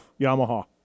Yamaha